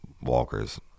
Walker's